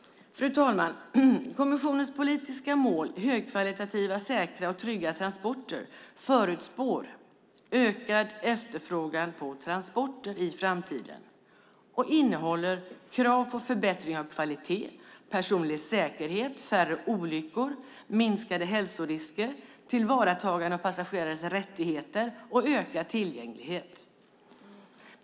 Fru talman! Kommissionens politiska mål, högkvalitativa, säkra och trygga transporter, förutspår ökad efterfrågan på transporter i framtiden och innehåller krav på förbättring av kvalitet, personlig säkerhet, färre olyckor, minskade hälsorisker, tillvaratagande av passagerares rättigheter och ökad tillgänglighet.